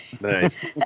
Nice